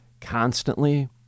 Constantly